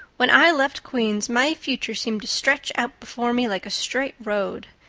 when i left queen's my future seemed to stretch out before me like a straight road.